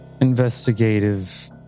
investigative